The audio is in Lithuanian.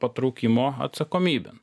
patraukimo atsakomybėn